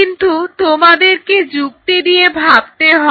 কিন্তু তোমাদেরকে যুক্তি দিয়ে ভাবতে হবে